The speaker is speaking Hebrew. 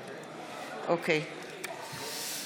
(קוראת בשמות חברי הכנסת)